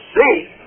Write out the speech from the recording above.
see